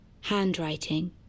handwriting